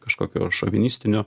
kažkokio šovinistinio